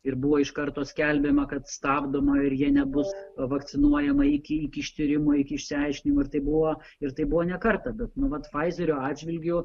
ir buvo iš karto skelbiama kad stabdoma ir ja nebus vakcinuojama iki ištyrimo iki išsiaiškinimo ir tai buvo ir tai buvo ne kartą bet nu vat faizerio atžvilgiu